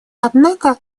однако